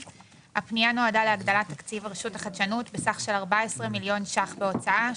הפנייה נועדה להגדלת תקציב הרשות לחדשנות בסך של 14 מיליון ₪ בהוצאה,